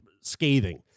scathing